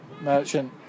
Merchant